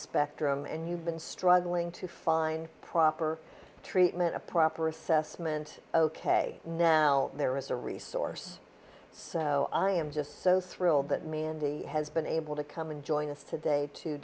spectrum and you've been struggling to find proper treatment a proper assessment ok now there is a resource so i am just so thrilled that mandy has been able to come and join us today to